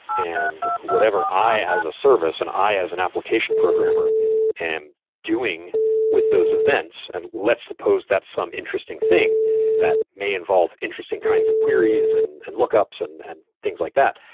and whatever i as a service and i as an application programmer and doing with those events, and let's suppose that's some interesting thing that may involve interesting kinds of queries and and lookups and and things like that,